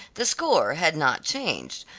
the score had not changed,